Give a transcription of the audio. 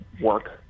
work